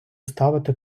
ставити